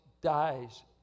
dies